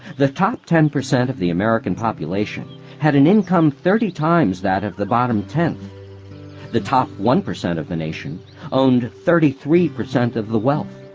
the top ten percent of the american population had an income thirty times that of the bottom tenth the top one percent of the nation owned thirty three percent of the wealth.